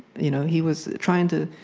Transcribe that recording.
you know he was trying to